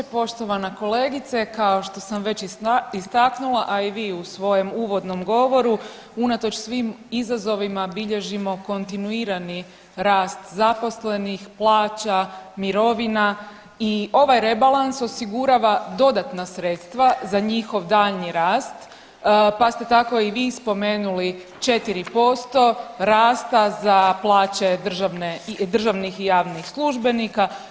Poštovana kolegice, kao što sam već istaknula, a i vi u svojem uvodnom govoru unatoč svim izazovima bilježimo kontinuirani rast zaposlenih, plaća, mirovina i ovaj rebalans osigurava dodatna sredstva za njihov daljnji rast, pa ste tako i vi spomenuli 4% rasta za plaće državnih i javnih službenika.